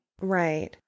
Right